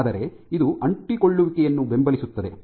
ಆದರೆ ಇದು ಅಂಟಿಕೊಳ್ಳುವಿಕೆಯನ್ನು ಬೆಂಬಲಿಸುತ್ತದೆ